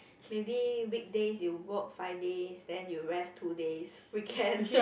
maybe weekdays you work five days then you rest two days weekend